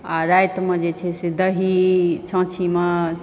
आ रातिमऽ जे छै से दही छाँछीमऽ